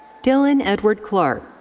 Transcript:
dylan edward clark.